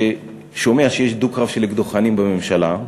ששומע שיש דו-קרב של אקדוחנים בממשלה,